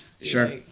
Sure